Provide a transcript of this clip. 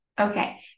Okay